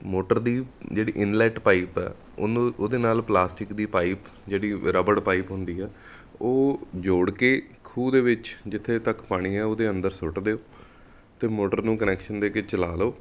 motor ਦੀ ਜਿਹੜੀ inlet pipe ਹੈ ਉਹਨੂੰ ਉਹਦੇ ਨਾਲ ਪਲਾਸਟਿਕ ਦੀ ਪਾਈਪ ਜਿਹੜੀ ਰਬੜ ਪਾਈਪ ਹੁੰਦੀ ਹੈ ਉਹ ਜੋੜ ਕੇ ਖੂਹ ਦੇ ਵਿੱਚ ਜਿੱਥੇ ਤੱਕ ਪਾਣੀ ਹੈ ਉਹਦੇ ਅੰਦਰ ਸੁੱਟ ਦਿਓ ਅਤੇ ਮੋਟਰ ਨੂੰ ਕਨੈਕਸ਼ਨ ਦੇ ਕੇ ਚਲਾ ਲਓ